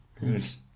Yes